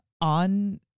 on